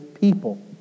people